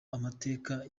amateka